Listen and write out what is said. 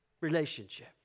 Relationship